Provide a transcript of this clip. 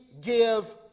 Give